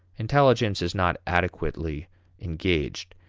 intelligence is not adequately engaged.